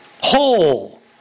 whole